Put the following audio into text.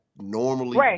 normally